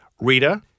Rita